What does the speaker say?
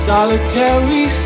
Solitary